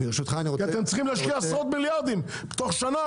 כי אתם צריכים להשקיע עשרות מיליארדים תוך שנה,